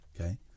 okay